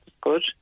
good